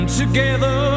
together